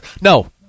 No